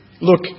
look